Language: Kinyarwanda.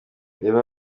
reba